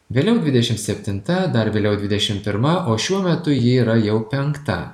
vėliau dvidešimt septinta dar vėliau dvidešim pirma o šiuo metu ji yra jau penkta